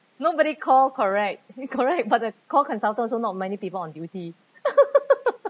nobody call correct correct but the call consultant also not many people on duty